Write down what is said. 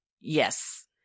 Yes